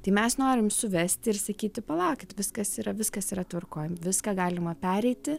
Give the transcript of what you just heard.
tai mes norim suvesti ir sakyti palaukit viskas yra viskas yra tvarkoj viską galima pereiti